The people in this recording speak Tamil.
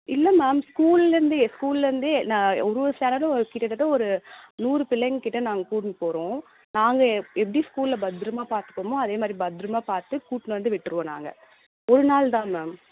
இல்லை மேம் ஸ்கூல்லிருந்தே ஸ்கூல்லிருந்தே நான் ஒரு ஒரு ஸ்டாண்டர்டும் கிட்டத்தட்ட ஒரு நூறு பிள்ளைங்கள் கிட்ட நாங்கள் கூட்டின்னு போகிறோம் நாங்கள் எப் எப்படி ஸ்கூலில் பத்திரமா பார்த்துப்போமோ அதே மாதிரி பத்திரமா பார்த்து கூட்டின்னு வந்து விட்டுருவோம் நாங்கள் ஒரு நாள்தானே மேம்